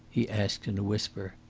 he asked in a whisper.